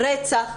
רצח,